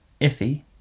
iffy